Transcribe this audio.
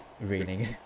raining